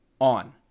on